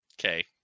Okay